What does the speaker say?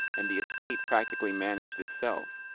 and the estate practically managed itself.